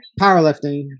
powerlifting